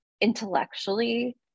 intellectually